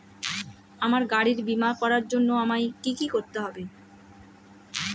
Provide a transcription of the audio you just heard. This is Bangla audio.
আমার গাড়ির বীমা করার জন্য আমায় কি কী করতে হবে?